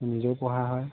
নিজেও পঢ়া হয়